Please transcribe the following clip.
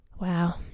Wow